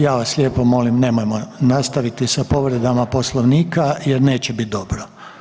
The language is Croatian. Ja vas lijepo molim nemojmo nastaviti sa povredama Poslovnika jer neće bit dobro.